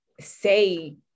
say